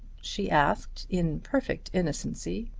she asked in perfect innocency.